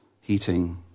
heating